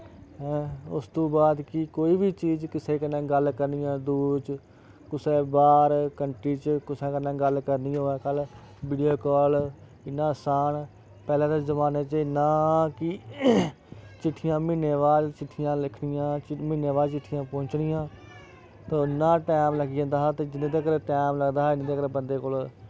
हैं उस तो बाद कि कोई बी चीज किसे कन्नै गल्ल करनी होए दूर च कुसै बाह्र कंट्री च कुसै कन्नै गल्ल करनी होऐ वीडियो कॉल इन्ना असान पैह्लैं दे जमानै च इ'यां कि चिट्ठियां म्हीने बाद चिट्ठियां लिखनियां म्हीनै बाद चिट्ठियां पौंह्चनियां इन्ना टैम लग्गी जंदा हा ते जिसलै तकर टैम लगदा हा उसले तकर